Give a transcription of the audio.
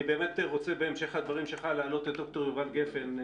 אני באמת רוצה בהמשך הדברים שלך להעלות את ד"ר יובל גפן,